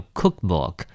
cookbook